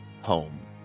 home